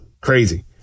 Crazy